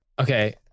Okay